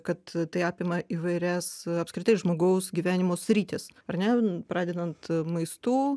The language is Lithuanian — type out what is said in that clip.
kad tai apima įvairias apskritai žmogaus gyvenimo sritis ar ne pradedant maistu